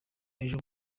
ejo